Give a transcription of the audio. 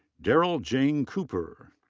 daryl jane cooper.